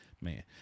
man